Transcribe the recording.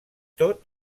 tot